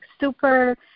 Super